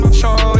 show